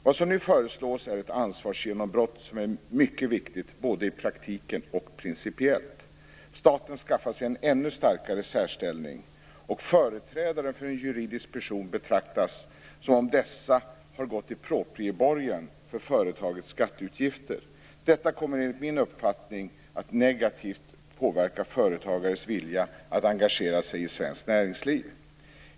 Vad som nu föreslås är ett ansvarsgenombrott som är mycket viktigt, både i praktiken och principiellt. Staten skaffar sig en ännu starkare särställning, och företrädare för en juridisk person betraktas som om de har gått i proprieborgen för företagets skatteutgifter. Detta kommer enligt min uppfattning att negativt påverka företagares vilja att engagera sig i svenskt näringsliv.